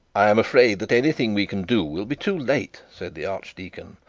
i am afraid that anything we can do will be too late said the archdeacon.